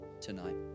tonight